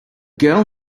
girl